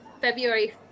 February